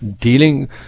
Dealing